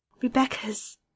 Rebecca's